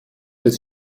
des